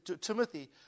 Timothy